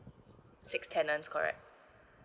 six tenants correct